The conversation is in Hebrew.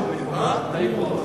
אז דבר אתו,